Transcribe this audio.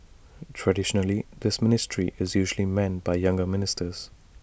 traditionally this ministry is usually manned by younger ministers